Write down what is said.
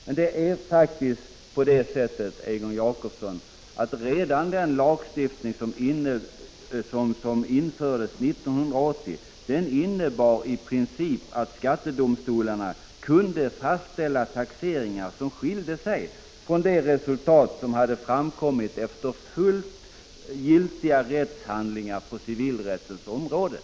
11 december 1985 Det är faktiskt så, Egon Jacobsson, att redan den lagstiftning som infördes GG NN 1980 i princip innebar att skattedomstolarna kunde fastställa taxeringar som skilde sig från det som framkommit efter fullt giltiga rättshandlingar på civilrättens område.